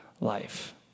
life